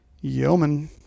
Yeoman